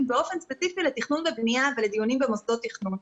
באופן ספציפי לתכנון ובנייה ולדיונים במוסדות תכנון,